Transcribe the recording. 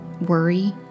worry